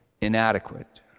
inadequate